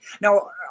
now